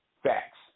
facts